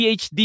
PhD